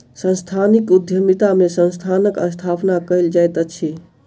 सांस्थानिक उद्यमिता में संस्थानक स्थापना कयल जाइत अछि